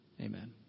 Amen